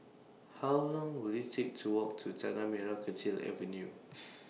How Long Will IT Take to Walk to Tanah Merah Kechil Avenue